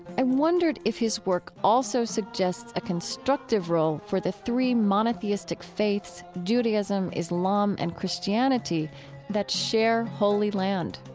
i wondered if his work also suggests a constructive role for the three monotheistic faiths judaism, islam and christianity that share holy land